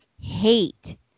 hate